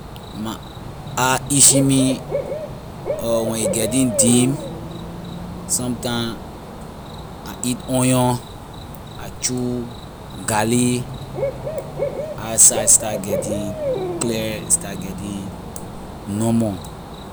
When my eye itching me or when a getting dim sometime I eat onion I chew garlic my eye sight start getting clear a start getting normal.